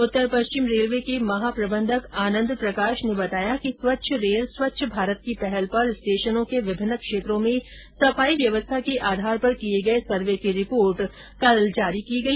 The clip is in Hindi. उत्तर पश्चिम रेलवे के महाप्रबंधक आनंद प्रकाश ने बताया कि स्वच्छ रेल स्वच्छ भारत की पहल पर स्टेशनो के विभिन्न क्षेत्रों में सफाई व्यवस्था के आधार पर किये गये सर्वे की रिपोर्ट गांधी जयंती के अवसर पर कल जारी की गई